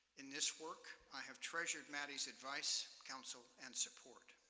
in this work, i have treasured maddy's advice, counsel, and support.